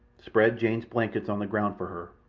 spread jane's blankets on the ground for her,